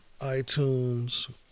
iTunes